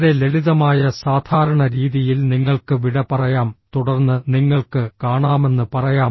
വളരെ ലളിതമായ സാധാരണ രീതിയിൽ നിങ്ങൾക്ക് വിട പറയാം തുടർന്ന് നിങ്ങൾക്ക് കാണാമെന്ന് പറയാം